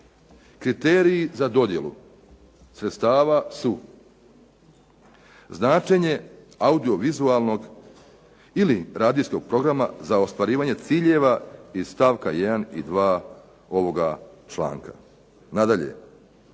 "Kriteriji za dodjelu sredstva su: značenje audiovizualnog ili radijskog programa za ostvarivanje ciljeva iz stavka 1. i 2. ovoga članka." Nadalje,